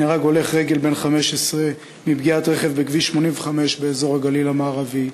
נהרג הולך רגל בן 15 מפגיעת רכב בכביש 85 באזור הגליל המערבי.